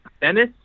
Dennis